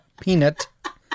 peanut